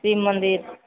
शिव मन्दिर